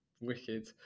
Wicked